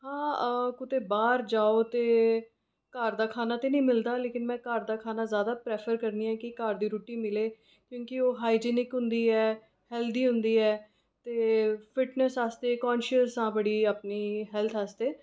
हां कुदै बाहर जाओ ते घर दा खाना ते नीं मिलदा घर दा खाना ज़्यादा प्रैफर करनी आं कि घर दी रुट्टी मिलै क्यूंकि ओह् हाईजीनिक होंदी ऐ हैल्दी होंदी ऐ ते फिटनस आस्तै कान्शियस आं बड़ी अपनी हैल्थ आस्तै